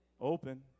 open